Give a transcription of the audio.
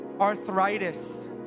arthritis